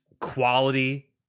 quality